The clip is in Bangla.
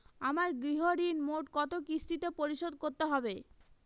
আমার গৃহঋণ মোট কত কিস্তিতে পরিশোধ করতে হবে?